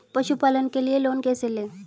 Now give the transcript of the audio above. पशुपालन के लिए लोन कैसे लें?